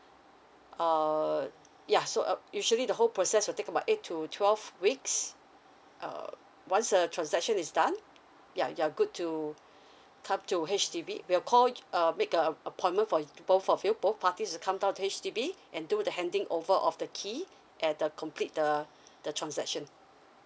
err yeah so uh usually the whole process will take about eight to twelve weeks uh once the transaction is done ya you are good to come to H_D_B we'll call uh make a appointment for both of you both parties to come down to H_D_B and do the handing over of the key and the complete the the transaction